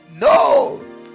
No